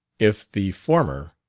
if the former,